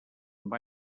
amb